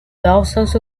thousands